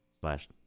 Slash